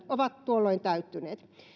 ovat tuolloin täyttyneet